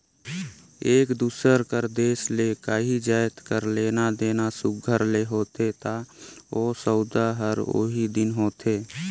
एक दूसर कर देस ले काहीं जाएत कर लेना देना सुग्घर ले होथे ता ओ सउदा हर ओही दिन होथे